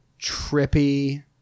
trippy